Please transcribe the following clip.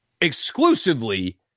exclusively